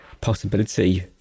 possibility